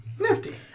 Nifty